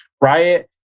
Riot